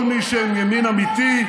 כל מי שהם ימין אמיתי,